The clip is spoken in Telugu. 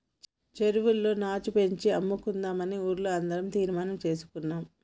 చెరువులో నాచు పెంచి అమ్ముకుందామని ఊర్లో అందరం తీర్మానం చేసుకున్నాం